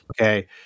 Okay